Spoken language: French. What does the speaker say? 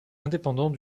indépendants